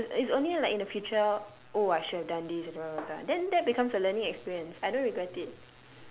ya it was it's only in like the future oh I should have done this and blah blah blah blah then that becomes a learning experience I don't regret it